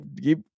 keep